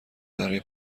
برای